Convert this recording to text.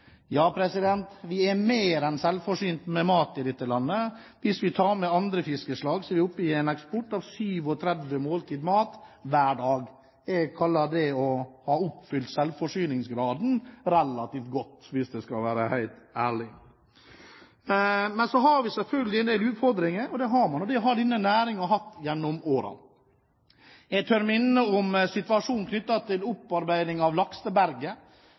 ja, så er vi mer enn selvforsynt med mat i dette landet. Hvis vi tar med andre fiskeslag, er vi oppe i eksport av 37 millioner måltider mat hver dag. Jeg kaller det å ha oppfylt selvforsyningsgraden relativt godt, hvis jeg skal være helt ærlig. Men så har vi selvfølgelig en del utfordringer – det har man, og det har denne næringen hatt opp gjennom årene. Jeg tør minne om situasjonen knyttet til opparbeiding av